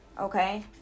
okay